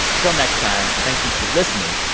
till next time. thank you for listening.